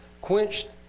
quenched